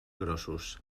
grossos